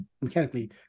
mechanically